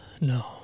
No